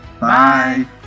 Bye